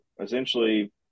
essentially